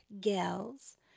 gals